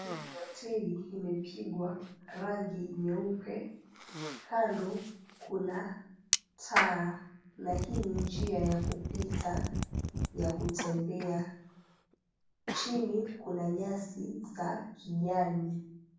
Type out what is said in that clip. Hii ni hoteli imepigwa rangi nyeupe. Kando kuna taa na hii ni njia ya kupita ya kutembea. Chini kuna nyasi za kijani.